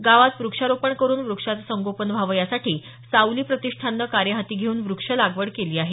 गावात व्रक्षारोपण करून व्रक्षाचे संगोपन व्हावे यासाठी सावली प्रतिष्ठानने कार्य हाती घेऊन व्रक्ष लागवड केली आहे